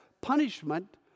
punishment